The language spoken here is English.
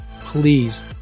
please